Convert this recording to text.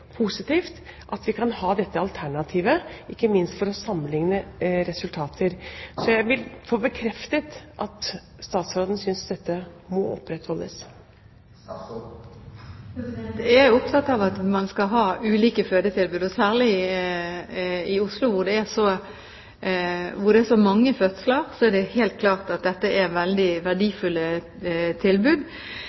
positivt at vi kan ha dette alternativet, ikke minst for å sammenligne resultater. Så jeg vil få bekreftet at statsråden synes at dette må opprettholdes. Jeg er opptatt av at man skal ha ulike fødetilbud. Særlig i Oslo, hvor det er så mange fødsler, er det helt klart at dette er veldig verdifulle tilbud.